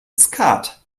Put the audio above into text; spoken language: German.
skat